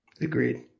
Agreed